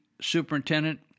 Superintendent